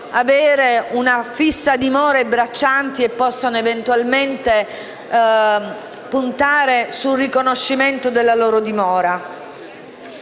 avere una fissa dimora e possano eventualmente puntare sul riconoscimento della loro dimora.